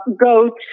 go